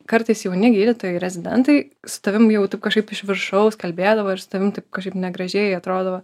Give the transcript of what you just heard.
kartais jauni gydytojai rezidentai su tavim jau tu kažkaip iš viršaus kalbėdavo ir su tavim kažkaip negražiai atrodo